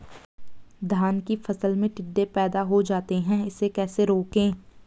धान की फसल में टिड्डे पैदा हो जाते हैं इसे कैसे रोकें?